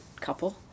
couple